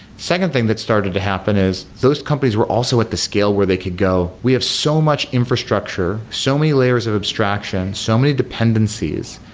second thing that started to happen is those companies were also at the scale where they could go, we have so much infrastructure. so many layers of abstraction, so many dependencies,